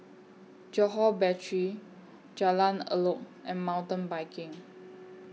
Johore Battery Jalan Elok and Mountain Biking